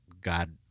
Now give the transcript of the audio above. God